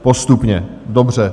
Postupně, dobře.